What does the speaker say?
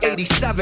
87